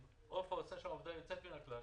עפרה עושה שם עבודה יוצאת מן הכלל,